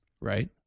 Right